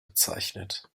bezeichnet